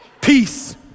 peace